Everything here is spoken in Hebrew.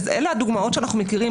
אלה הדוגמאות שאנחנו מכירים.